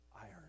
iron